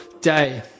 day